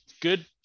Good